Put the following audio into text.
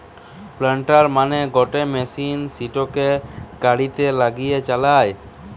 planter মানে গটে machine সিটোকে গাড়িতে লাগিয়ে চালায়